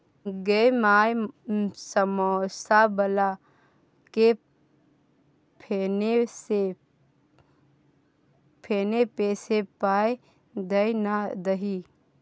गै माय समौसा बलाकेँ फोने पे सँ पाय दए ना दही